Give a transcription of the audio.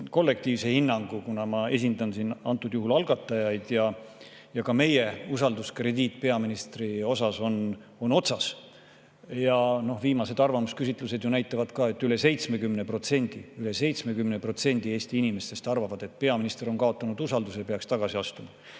kollektiivse hinnangu, kuna ma esindan siin algatajaid ja ka meie usalduskrediit peaministri suhtes on otsas. Viimased arvamusküsitlused ju näitavad, et üle 70% – üle 70%! – Eesti inimestest arvavad, et peaminister on kaotanud usalduse ja peaks tagasi astuma.